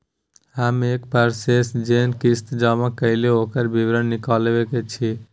हम एक वर्ष स जे किस्ती जमा कैलौ, ओकर विवरण निकलवाबे के छै?